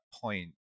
point